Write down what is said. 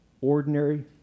ordinary